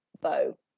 bow